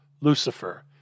Lucifer